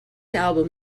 album